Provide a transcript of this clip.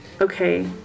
Okay